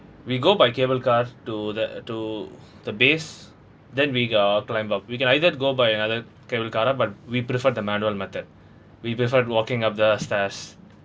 we go by cable cars to the to the base then we go and climb up we can either go by another cable car but we prefer the manual method we prefer walking up the stairs